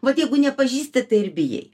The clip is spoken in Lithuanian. vat jeigu nepažįsti tai ir bijai